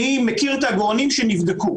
אני מכיר את העגורנים שנבדקו,